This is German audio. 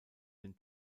den